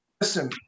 listen